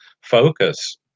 focus